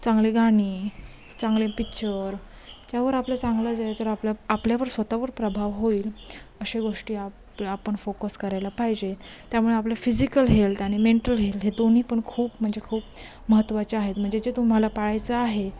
चांगली गाणी चांगले पिच्चर त्यावर आपलं चांगलं जे आहे तर आपलं आपल्यावर स्वतःवर प्रभाव होईल अशा गोष्टी आप आपण फोकस करायला पाहिजे त्यामुळे आपलं फिजिकल हेल्थ आणि मेंटल हेल्थ हे दोन्ही पण खूप म्हणजे खूप महत्त्वाचे आहेत म्हणजे जे तुम्हाला पाळायचं आहे